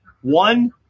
One